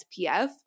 SPF